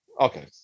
Okay